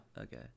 okay